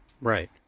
Right